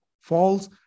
false